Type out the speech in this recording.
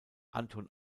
anton